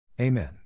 Amen